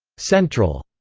central,